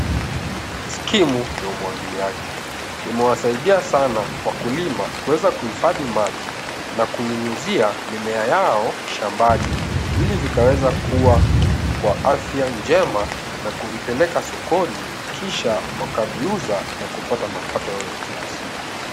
Skimu ya umwagiliaji umewasaidia sana wakulima kuweza kuhifadhi maji na kunyunyizia mimea yao shambani ili vikaweze kuwa kwa afya njema na kuvipeleka sokoni kisha wakaviuza na kupata mapato yao ya kila siku.